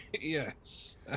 Yes